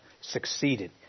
succeeded